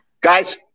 guys